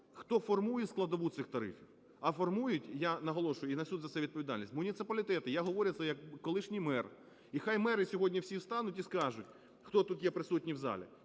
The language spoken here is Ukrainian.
хто формує складову цих тарифів, а формують, я наголошую, і несуть за це відповідальність муніципалітети, я говорю це як колишній мер. І хай мери сьогодні всі стануть і скажуть, хто тут є присутній в залі,